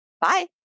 Bye